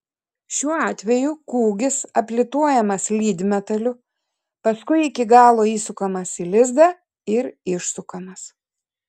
šiuo atveju kūgis aplituojamas lydmetaliu paskui iki galo įsukamas į lizdą ir išsukamas